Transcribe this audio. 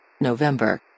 November